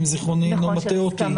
אם זיכרוני אינו מטעה אותי,